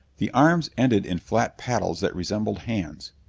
the arms ended in flat paddles that resembled hands.